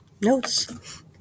Notes